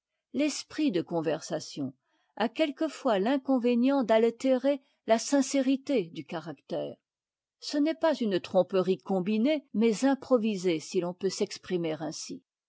l'esprit de conversation a quelquefois l'inconvénient d'altérer la sincérité du caractère ce n'est pas une tromperie combinée mais improvisée si l'on peut s'exprimer ainsi